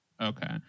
Okay